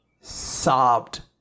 sobbed